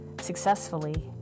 Successfully